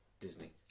Disney